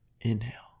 Inhale